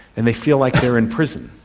and they feel like they are in prison.